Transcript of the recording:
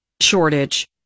shortage